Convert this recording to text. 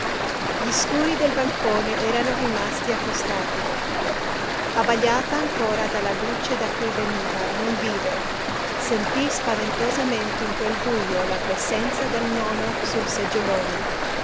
gli scuri del balcone erano rimasti accostati abbagliata ancora dalla luce da cui veniva non vide sentì spaventosamente in quel bujo la presenza del nonno sul seggiolone